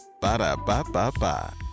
Ba-da-ba-ba-ba